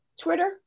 Twitter